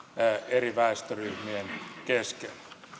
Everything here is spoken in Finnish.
eri väestöryhmien kesken